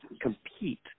compete